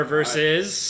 Versus